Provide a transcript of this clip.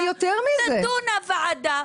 תדון הוועדה,